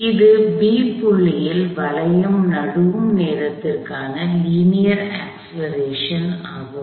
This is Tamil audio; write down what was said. எனவே இது B புள்ளியில் வளையம் நழுவும் நேரத்திற்கான லீனியர் அக்ஸ்லரேஷன் ஆகும்